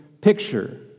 picture